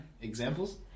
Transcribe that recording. Examples